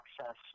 access